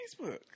Facebook